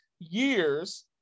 years